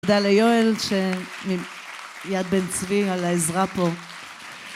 תודה ליואל ש... מיד בן צבי, על העזרה פה